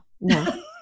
no